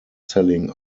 selling